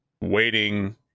waiting